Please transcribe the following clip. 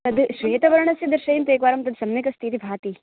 तत् श्वेतवर्णस्य दर्शयन्तु एकवारं तत् सम्यगस्तीति भाति